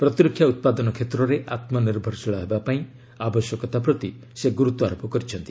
ପ୍ରତିରକ୍ଷା ଉତ୍ପାଦନ କ୍ଷେତ୍ରରେ ଆତ୍ମନିର୍ଭରଶୀଳ ହେବା ପାଇଁ ଆବଶ୍ୟକତା ପ୍ରତି ସେ ଗୁରୁତ୍ୱାରୋପ କରିଛନ୍ତି